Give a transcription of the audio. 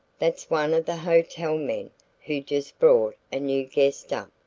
that's one of the hotel men who just brought a new guest up,